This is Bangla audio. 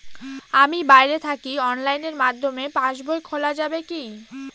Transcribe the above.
আমি বাইরে থাকি অনলাইনের মাধ্যমে পাস বই খোলা যাবে কি?